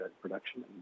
production